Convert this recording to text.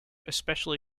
especially